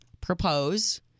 Propose